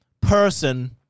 person